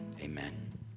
amen